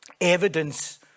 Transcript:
evidence